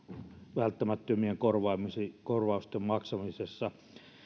välttämättömien korvausten korvausten maksamisessa